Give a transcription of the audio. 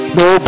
no